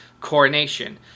coronation